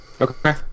Okay